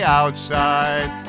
outside